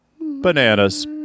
Bananas